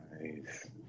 nice